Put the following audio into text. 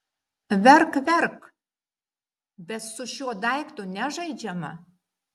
verk verk bet su šiuo daiktu nežaidžiama